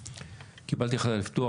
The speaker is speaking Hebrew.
קיבלתי החלטה לפתוח,